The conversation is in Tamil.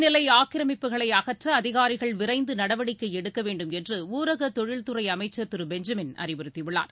நீர்நிலை ஆக்கிரமிப்புகளை அகற்ற அதிகாரிகள் விரைந்து நடவடிக்கை எடுக்க வேண்டும் என்று ஊரகத் தொழில் துறை அமைச்சர் திரு பெஞ்சமின் அறிவுறுத்தியுள்ளார்